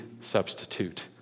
substitute